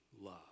love